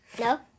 No